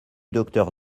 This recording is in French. docteur